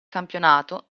campionato